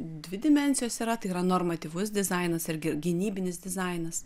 dvi dimensijos yra tai yra normatyvus dizainas ir gi gynybinis dizainas